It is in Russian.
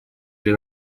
для